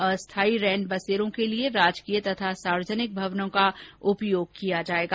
अस्थायी रैन बसेरों के लिये राजकीय तथा सार्वजनिक भवनों का उपयोग किया जायेगा